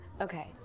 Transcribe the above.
Okay